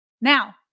Now